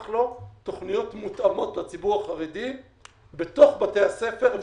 לו תוכניות מותאמות לציבור החרדי בתוך בתי הספר.